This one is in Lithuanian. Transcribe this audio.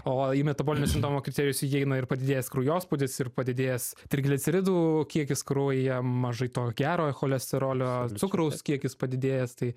o į metabolinio sindromo kriterijus įeina ir padidėjęs kraujospūdis ir padidėjęs trigliceridų kiekis kraujyje mažai to gerojo cholesterolio cukraus kiekis padidėjęs tai